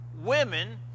women